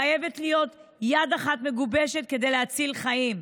חייבת להיות יד מגובשת אחת כדי להציל חיים.